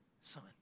Son